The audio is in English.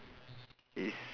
is